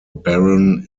baron